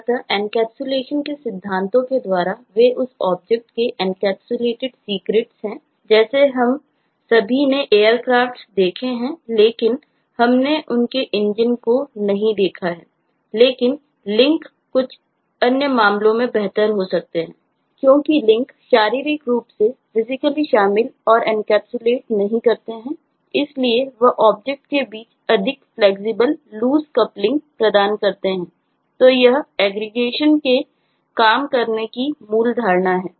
अतः एनकैप्सुलेशन के सिद्धांतों के द्वारा वे उस ऑब्जेक्ट के काम करने की मूल धारणा है